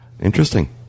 Interesting